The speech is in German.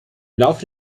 laufe